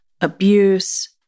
abuse